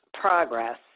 progress